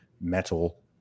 metal